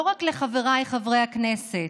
לא רק לחבריי חברי הכנסת,